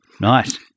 Nice